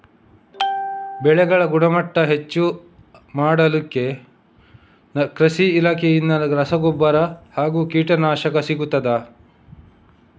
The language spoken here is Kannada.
ಬೆಳೆಗಳ ಗುಣಮಟ್ಟ ಹೆಚ್ಚು ಮಾಡಲಿಕ್ಕೆ ಕೃಷಿ ಇಲಾಖೆಯಿಂದ ರಸಗೊಬ್ಬರ ಹಾಗೂ ಕೀಟನಾಶಕ ಸಿಗುತ್ತದಾ?